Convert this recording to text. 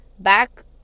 back